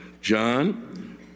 John